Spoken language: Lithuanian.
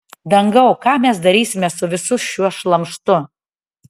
dangau ką mes darysime su visu šiuo šlamštu